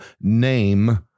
name